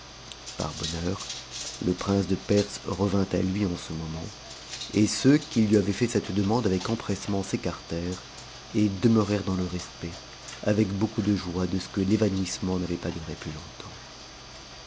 par bonheur le prince de perse revint à lui en ce moment et ceux qui lui avaient fait cette demande avec empressement s'écartèrent et demeurèrent dans le respect avec beaucoup de joie de ce que l'évanouissement n'avait pas duré plus longtemps